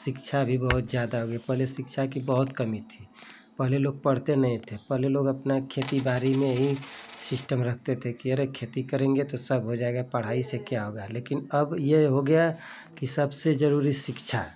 शिक्षा भी बहुत ज़्यादा हो गई पहले शिक्षा की बहुत कमी थी पहले लोग पढ़ते नहीं थे पहले लोग अपना खेती बाड़ी में ही सिस्टम रखते थे कि अरे खेती करेंगे तो सब हो जाएगा पढ़ाई से क्या होगा लेकिन अब यह हो गया कि सबसे जरूरी शिक्षा